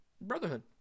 Brotherhood